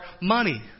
money